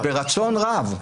בבקשה, ברצון רב.